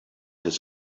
his